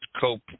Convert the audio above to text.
Cope